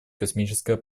космическое